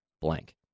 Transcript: blank